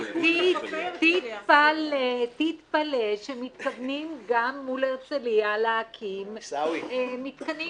תתפלא שמתכוונים גם מול הרצליה להקים מתקנים.